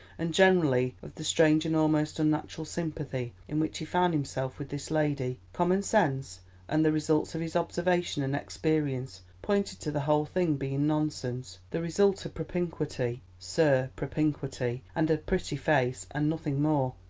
and generally of the strange and almost unnatural sympathy in which he found himself with this lady, common sense and the results of his observation and experience pointed to the whole thing being nonsense the result of propinquity, sir, propinquity, and a pretty face and nothing more.